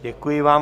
Děkuji vám.